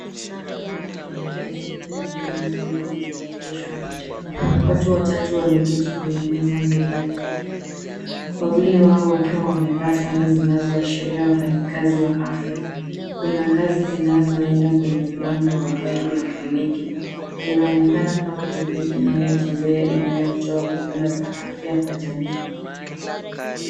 Gari la kliniki ya simu ya Beyond Zero[ca] limeegeshwa nje. Watu watatu wameketi kwenye meza mbele ya gari hilo, wawili wao wakiwa wamevaa sare zinazoashiria wafanyakazi wa afya. Kuna ngazi zinazoenda kwenye mlango wa gari la kliniki. Linaonekana kama kliniki inayotembea inayotoa huduma za afya kwa jamii.